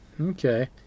okay